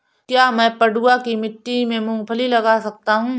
क्या मैं पडुआ की मिट्टी में मूँगफली लगा सकता हूँ?